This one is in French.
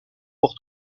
pour